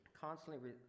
constantly